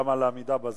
גם על העמידה בזמנים.